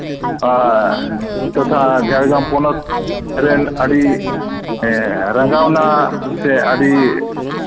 ᱜᱚᱴᱟ ᱡᱷᱟᱲᱜᱨᱟᱢ ᱯᱚᱱᱚᱛ ᱨᱮᱱ ᱟᱹᱰᱤ ᱨᱟᱸᱜᱟᱣᱱᱟ ᱥᱮ ᱟᱹᱰᱤ